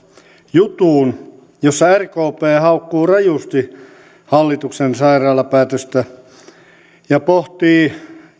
jutun jossa rkp haukkuu rajusti hallituksen sairaalapäätöstä ja pohtii